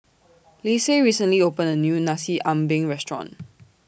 Lise recently opened A New Nasi Ambeng Restaurant